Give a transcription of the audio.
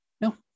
No